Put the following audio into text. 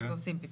עושים פיקוח.